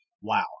Wow